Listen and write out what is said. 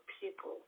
people